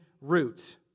root